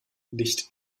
licht